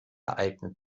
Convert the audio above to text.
eignet